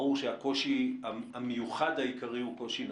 שהקושי המיוחד העיקרי הוא קושי נפשי.